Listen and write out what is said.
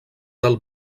del